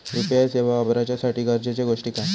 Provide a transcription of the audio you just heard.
UPI सेवा वापराच्यासाठी गरजेचे गोष्टी काय?